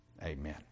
Amen